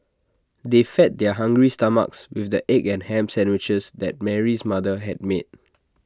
they fed their hungry stomachs with the egg and Ham Sandwiches that Mary's mother had made